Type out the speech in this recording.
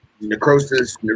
necrosis